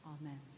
Amen